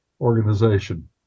organization